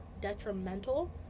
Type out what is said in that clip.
Detrimental